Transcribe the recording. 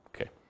Okay